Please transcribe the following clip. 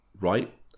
right